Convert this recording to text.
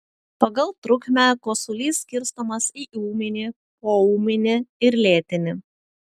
pagal trukmę kosulys skirstomas į ūminį poūminį ir lėtinį